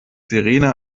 sirene